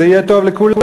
זה יהיה טוב לכולם.